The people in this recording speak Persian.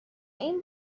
این